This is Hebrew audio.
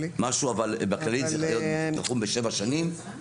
אבל בכללית זה צריך להיות תחום בשבע שנים,